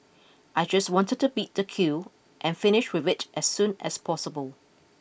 I just wanted to beat the queue and finish with it as soon as possible